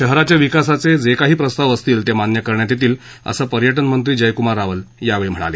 शहराच्या विकासाचे जे काही प्रस्ताव असतील ते मान्य करण्यात येतील असं पर्यटन मंत्री जयकुमार रावल यावेळी म्हणाले